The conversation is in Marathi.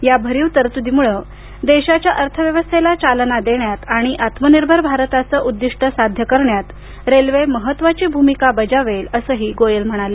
या भरीव तरतुदीमुळं देशाच्या अर्थव्यवस्थेला चालना देण्यात आणि आत्मनिर्भर भारताचं उद्दिष्ट साध्य करण्यात रेल्वे महत्त्वाची भूमिका बजावेल असंही गोयल म्हणाले